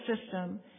system